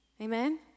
Amen